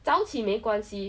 like I wanted to